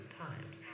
times